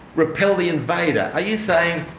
repel the invader. are you saying,